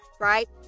right